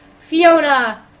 Fiona